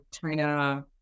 China